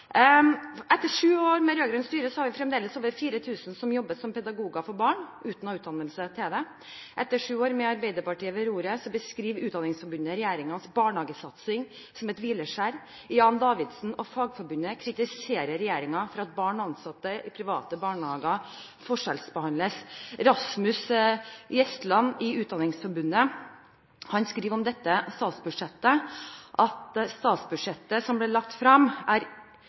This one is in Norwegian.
Etter sju år med rød-grønt styre er det fremdeles over 4 000 som jobber som pedagoger for barn, uten å ha utdannelse til det. Etter sju år med Arbeiderpartiet ved roret beskriver Utdanningsforbundet regjeringens barnehagesatsing som et hvileskjær. Jan Davidsen og Fagforbundet kritiserer regjeringen for at barn og ansatte i private barnehager forskjellsbehandles. Rasmus T. Gjestland i Utdanningsforbundet skriver om det statsbudsjettet som ble lagt fram, at det «ikke er